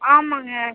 ஆமாங்க